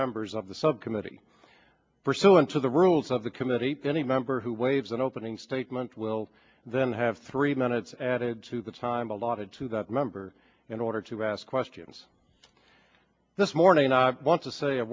members of the subcommittee pursuant to the rules of the committee any member who waves an opening statement will then have three minutes added to the time allotted to that member in order to ask questions this morning i want to say a